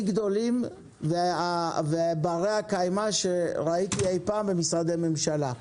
גדולים וברי הקיימא שראיתי אי פעם במשרדי הממשלה.